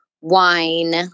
wine